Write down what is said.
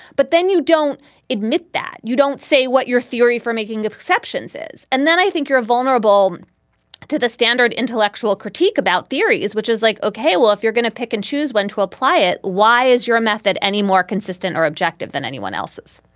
but then you don't admit that. you don't say what your theory for making exceptions is. and then i think you're vulnerable to the standard intellectual critique about theories, which is like, ok, well, if you're gonna pick and choose when to apply it, why is your method any more consistent or objective than anyone else's?